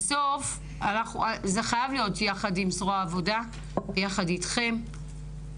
בסוף, זה חייב להיות יחד עם זרוע עבודה ויחד אתכם,